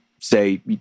Say